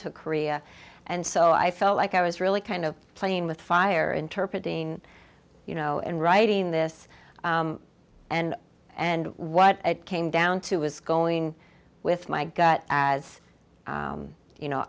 to korea and so i felt like i was really kind of playing with fire interpret being you know and writing this and and what it came down to was going with my gut as you know